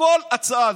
לכל הצעה,